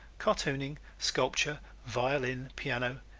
cartooning, sculpture, violin, piano,